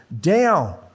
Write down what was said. down